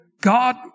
God